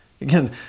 Again